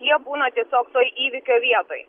jie būna tiesiog toj įvykio vietoj